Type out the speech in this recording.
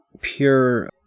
pure